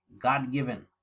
god-given